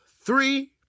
three